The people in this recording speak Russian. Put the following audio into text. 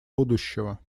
будущего